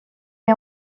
est